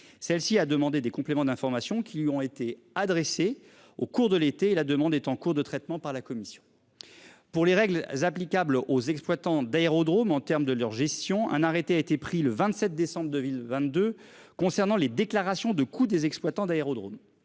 Celle-ci a demandé des compléments d'information qui lui ont été adressées au cours de l'été, la demande est en cours de traitement par la commission. Pour les règles applicables aux exploitants d'aérodromes en terme de leur gestion. Un arrêté a été pris le 27 décembre 2022. Concernant les déclarations de coût des exploitants d'aérodromes.